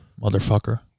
motherfucker